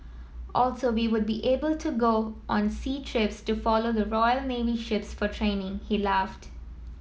also we would be able to go on sea trips to follow the Royal Navy ships for training he laughed